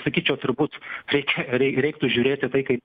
sakyčiau turbūt reikia rei reiktų žiūrėti į tai kaip